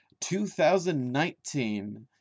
2019